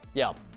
yeah